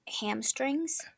hamstrings